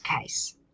case